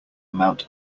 amount